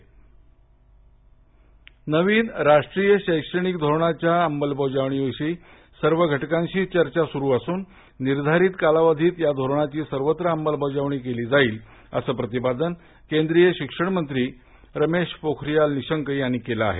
निशंक नवीन राष्ट्रीय शैक्षणिक धोरणाच्या अंमलबजावणी विषयी सर्व घटकांशी चर्चा सुरू असून निर्धारित कालावधीत या धोरणाची सर्वत्र अमलबजावणी केली जाईल असं प्रतिपादन केंद्रीय शिक्षण मंत्री रमेश पोखरीयाल निशंक यांनी केलं आहे